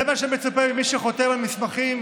זה מה שמצופה ממי שחותם על מסמכים,